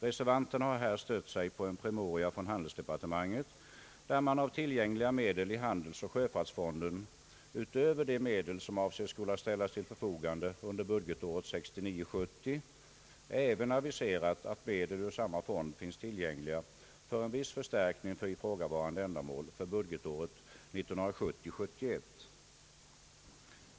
Reservanterna har här stött sig på en promemoria från handelsdepartementet, där man aviserat att utöver de medel i handelsoch sjöfartsfonden som avses skola ställas till förfogande under budgetåret 1969 71.